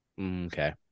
Okay